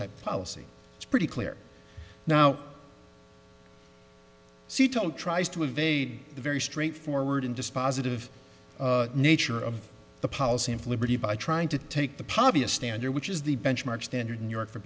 type policy it's pretty clear now see to it tries to evade the very straightforward and dispositive nature of the policy of liberty by trying to take the potty a standard which is the benchmark standard in new york for